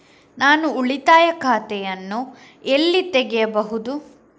ನಾನು ಉಳಿತಾಯ ಖಾತೆಯನ್ನು ಎಲ್ಲಿ ತೆಗೆಯಬಹುದು?